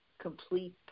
complete